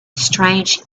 strange